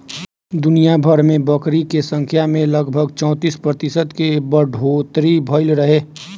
दुनियाभर में बकरी के संख्या में लगभग चौंतीस प्रतिशत के बढ़ोतरी भईल रहे